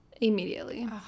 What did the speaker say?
immediately